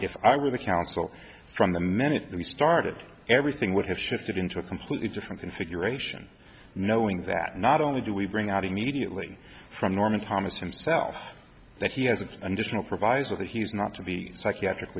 if i were the counsel from the minute we started everything would have shifted into a completely different configuration knowing that not only do we bring out immediately from norman thomas himself that he has an undertone of proviso that he's not to be psychiatric